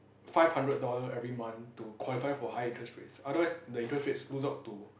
five hundred dollar every month to qualify for higher interest rates otherwise the interest rates lose out to